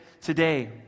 today